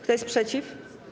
Kto jest przeciw?